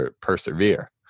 persevere